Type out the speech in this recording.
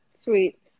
Sweet